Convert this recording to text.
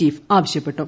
chief ആവശ്യപ്പെട്ടു